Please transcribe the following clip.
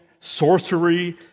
sorcery